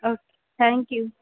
okay thank you